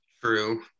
true